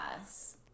Yes